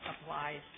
applies